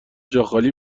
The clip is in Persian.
جاخالی